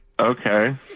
Okay